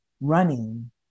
running